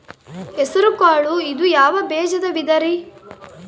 ಹೆಸರುಕಾಳು ಇದು ಯಾವ ಬೇಜದ ವಿಧರಿ?